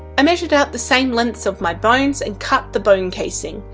i measured out the same lengths of my bones and cut the bone casing.